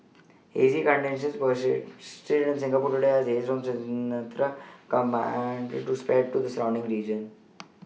hazy conditions persisted in Singapore today as haze from Sumatra to spread to the surrounding region